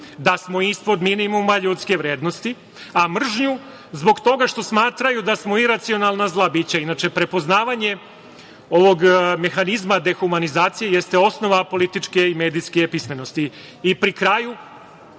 da smo ispod minimuma ljudske vrednosti, a mržnju zbog toga što smatraju da smo iracionalna zla bića. Inače, prepoznavanje ovog mehanizma dehumanizacije jeste osnova političke i medijske pismenosti. I pri kraju